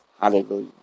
hallelujah